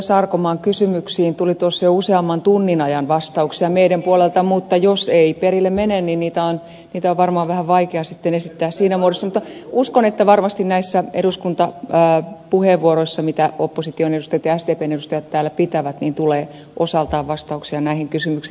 sarkomaan kysymyksiin tuli tuossa jo useamman tunnin ajan vastauksia meidän puoleltamme mutta jos ei perille mene niitä on sitten varmaan vähän vaikea esittää siinä muodossa mutta uskon että varmasti näissä eduskuntapuheenvuoroissa mitä opposition edustajat ja sdpn edustajat täällä pitävät tulee osaltaan vastauksia näihin kysymyksiin